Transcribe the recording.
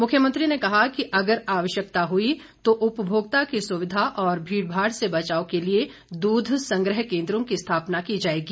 मुख्यमंत्री ने कहा कि अगर आवश्यकता हुई तो उपभोक्ता की सुविधा और भीड़ भाड़ से बचाव के लिए दूध संग्रह केंद्रों की स्थापना की जाएगी